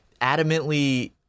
adamantly